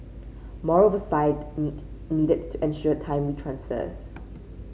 more oversight need needed to ensure timely transfers